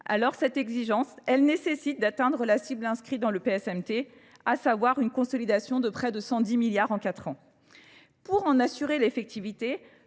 Alors cette exigence, elle nécessite d'atteindre la cible inscrite dans le PSMT, à savoir une consolidation de près de 110 milliards en 4 ans. Pour en assurer l'effectivité,